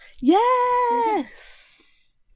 Yes